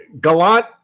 Gallant